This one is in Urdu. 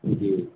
جی